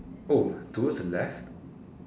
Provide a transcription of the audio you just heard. oh towards the left